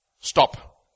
Stop